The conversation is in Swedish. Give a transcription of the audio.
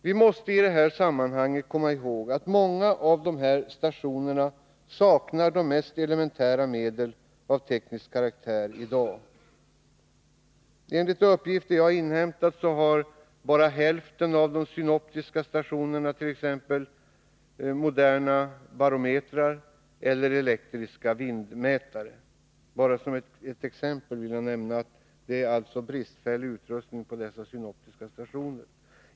Vi måste idetta sammanhang komma ihåg att många av dessa stationer i dag saknar de mest elementära medel av teknisk karaktär. Enligt uppgift som jag har inhämtat har bara hälften av de synoptiska stationerna moderna barometrar eller elektriska vindmätare. Bara såsom exempel vill jag alltså nämna att de synoptiska stationerna har bristfällig utrustning.